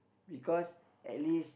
because at least